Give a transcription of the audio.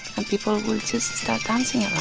and people will just start